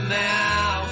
now